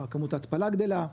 כמות ההתפלה גדלה,